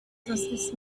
this